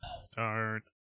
Start